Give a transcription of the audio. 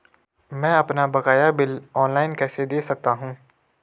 मैं अपना बकाया बिल ऑनलाइन कैसे दें सकता हूँ?